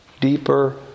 deeper